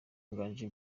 nganji